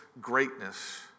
greatness